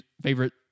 favorite